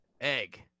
Egg